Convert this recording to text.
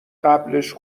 قبلش